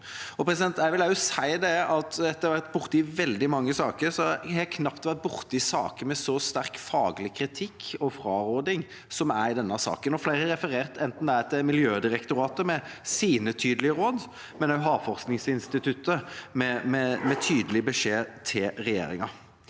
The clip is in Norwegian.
Jeg vil også si, etter å ha vært borti veldig mange saker, at jeg knapt har vært borti en sak med så sterk faglig kritikk og fraråding som det er i denne saken. Flere har referert til det, enten det er til Miljødirektoratet, med sine tydelige råd, eller til Havforskningsinstituttet, med en tydelig beskjed til regjeringa.